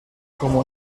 como